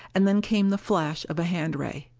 and then came the flash of a hand ray.